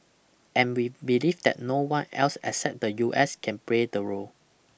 and we believe that no one else except the U S can play the role